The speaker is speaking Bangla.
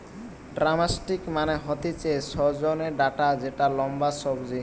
ড্রামস্টিক মানে হতিছে সজনে ডাটা যেটা লম্বা সবজি